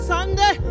Sunday